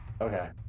Okay